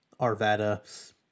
Arvada